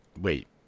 Wait